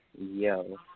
Yo